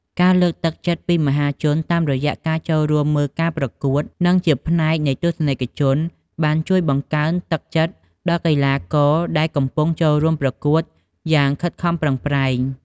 ការលើកទឹកចិត្តពីមហាជន តាមរយៈការចូលរួមមើលការប្រកួត និងជាផ្នែកនៃទស្សនិកជន បានជួយបង្កើនទឹកចិត្តដល់កីឡាករដែលកំពុងចូលរួមប្រកួតយ៉ាងខិតខំប្រឹងប្រែង។